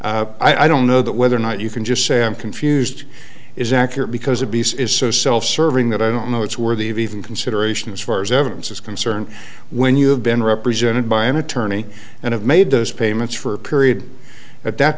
i don't know that whether or not you can just say i'm confused is accurate because abuse is so self serving that i don't know it's worthy of even consideration as far as evidence is concerned when you have been represented by an attorney and have made those payments for a period at that